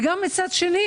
וגם מצד שני,